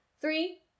Three